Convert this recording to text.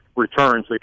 returns